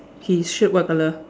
his shirt what colour